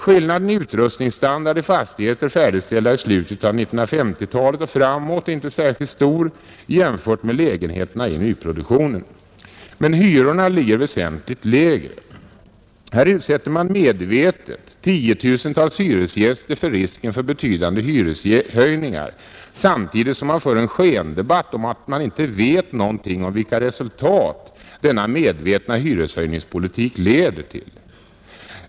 Skillnaden i utrustningsstandard mellan fastigheter färdigställda från slutet av 1950-talet och framåt och lägenheterna i nyproduktionen är inte särskilt stor, men hyrorna ligger väsentligt lägre i de förra, Här utsätter man medvetet tiotusentals hyresgäster för risken av betydande hyreshöjningar samtidigt som man för en skendebatt om att man inte vet något om vilka resultat denna medvetna hyreshöjningspolitik leder till.